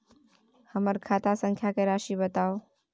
हमर खाता संख्या के राशि बताउ